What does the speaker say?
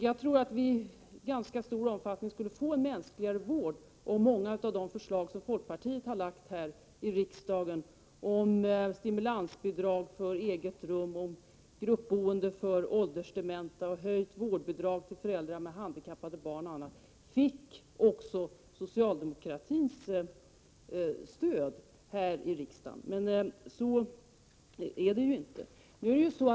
Jag tror att vi i ganska stor omfattning skulle få en mänskligare vård om många av de förslag folkpartiet har lagt fram här i riksdagen — om stimulansbidrag till eget rum, om gruppboende för åldersdementa, om höjt vårdnadsbidrag till föräldrar med handikappade barn — fick också socialdemokratins stöd. Så är det ju inte.